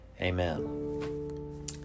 amen